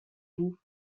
vous